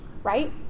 Right